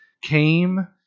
came